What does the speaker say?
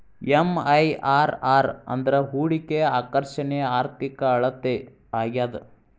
MIRR ಅಂದ್ರ ಹೂಡಿಕೆಯ ಆಕರ್ಷಣೆಯ ಆರ್ಥಿಕ ಅಳತೆ ಆಗ್ಯಾದ